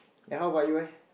eh how about you leh